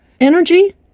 energy